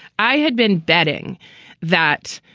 i had been betting that.